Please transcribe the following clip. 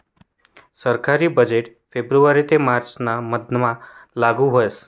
सरकारी बजेट फेब्रुवारी ते मार्च ना मधमा लागू व्हस